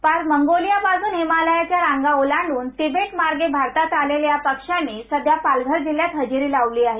पार मंगोलियापासून हिमालयाच्या रांगा ओलांडून तिबेट मार्गे भारता आलेल्या या पक्षांनी सध्या पालघर जिल्ह्यात हजेरी लावली आहे